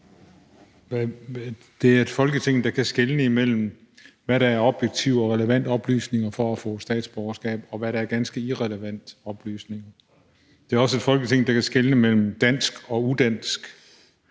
Det er et Folketing, der kan skelne mellem, hvad der er objektive og relevante oplysninger for at få statsborgerskab, og hvad der er ganske irrelevante oplysninger. Det er også et Folketing, der kan skelne mellem dansk og udansk,